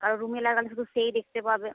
কারোর রুমে লাগালে শুধু সেই দেখতে পাবে